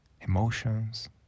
emotions